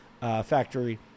factory